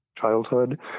childhood